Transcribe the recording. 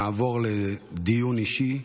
נעבור לדיון אישי.